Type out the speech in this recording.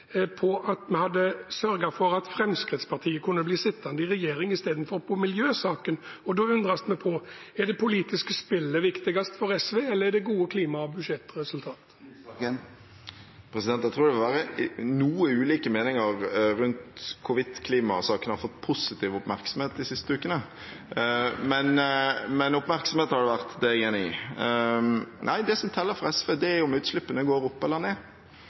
på at vi hadde sørget for at Fremskrittspartiet kunne bli sittende i regjering, enn på miljøsaken, og da lurer vi på: Er det politiske spillet viktigst for SV, eller er det gode klima- og budsjettresultater? Jeg tror det var noe ulike meninger rundt hvorvidt klimasaken har fått positiv oppmerksomhet de siste ukene. Men oppmerksomhet har det vært, det er jeg enig i. Nei, det som teller for SV, er om utslippene går opp eller ned.